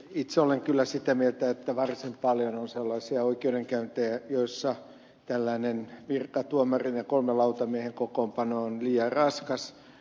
itse olen kyllä sitä mieltä että varsin paljon on sellaisia oikeudenkäyntejä joissa tällainen virkatuomarin ja kolmen lautamiehen kokoonpano on liian raskas